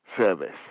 service